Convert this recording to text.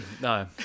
No